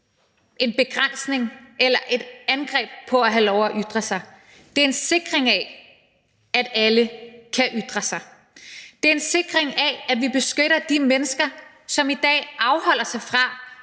en begrænsning af eller et angreb på at have lov at ytre sig. Det er en sikring af, at alle kan ytre sig. Det er en sikring af, at vi beskytter de mennesker, som i dag afholder sig fra